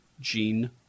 Gene